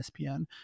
ESPN